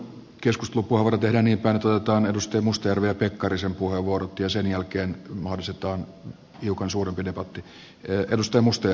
tehdään niinpäin että otetaan edustajien mustajärven ja pekkarisen puheenvuorot ja sen jälkeen mahdollistetaan hiukan suurempi debatti